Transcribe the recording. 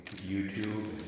YouTube